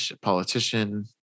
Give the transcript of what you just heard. politician